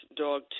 dog